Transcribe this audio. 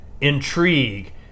intrigue